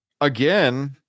again